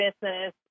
business